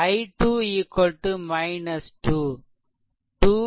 i2 2 2i10